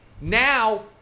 Now